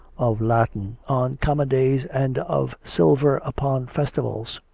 of latten on common days and of sil ver upon festivals.